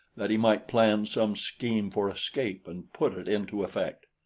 that he might plan some scheme for escape and put it into effect.